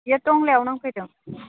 बियो टंलायाव नांफैदों